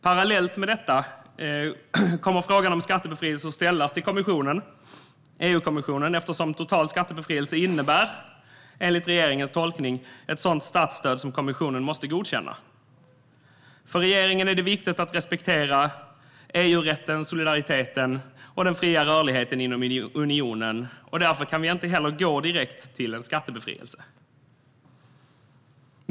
Parallellt med detta kommer frågan om skattebefrielse att ställas till EU-kommissionen eftersom total skattebefrielse enligt regeringens tolkning innebär ett sådant statsstöd som kommissionen måste godkänna. För regeringen är det viktigt att respektera EU-rätten, solidariteten och den fria rörligheten inom unionen. Därför kan vi inte heller gå direkt till en skattebefrielse.